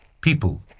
people